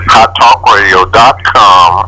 HotTalkRadio.com